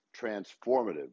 transformative